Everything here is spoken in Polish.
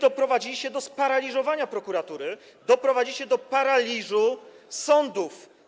Doprowadziliście do sparaliżowania prokuratury, doprowadzicie do paraliżu sądów.